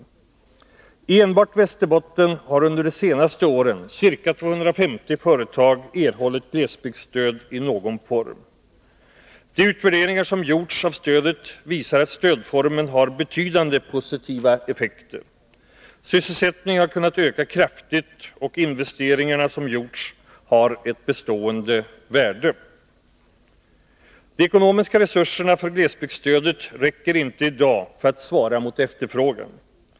I enbart Västerbotten har under de senaste åren ca 250 företag erhållit glesbygdsstöd i någon form. De utvärderingar som gjorts av stödet visar att stödformen har betydande positiva effekter. Sysselsättningen har kunnat öka kraftigt, och investeringarna som gjorts har ett bestående värde. De ekonomiska resurserna för glesbygdsstödet räcker inte i dag för att svara mot efterfrågan.